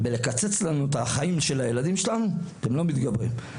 בלקצץ לנו את החיים של הילדים שלנו אתם לא מתגברים.